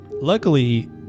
Luckily